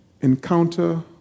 encounter